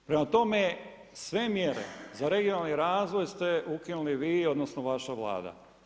Prema tome, sve mjere za regionalni razvoj ste ukinuli vi odnosno vaša Vlada.